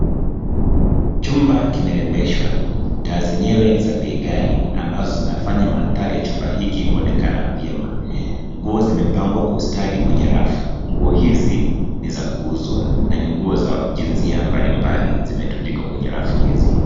Chumba imerembeshwa taa zenyewe ni za pei kali ambazo zinafanya maandari ya nyumba hiki kuonekana vyema. Nguo zimepangwa kwa ustadi kwenye rafu, nguo hizi ni za kuuzwa na ni nguo ya jinsia mbali mbali zimetundikwa kwenye rafu hizi.